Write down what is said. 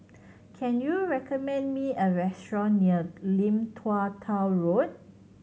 can you recommend me a restaurant near Lim Tua Tow Road